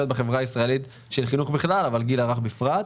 בחברה הישראלית של חינוך בכלל אבל גיל הרך בפרט.